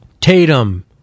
Tatum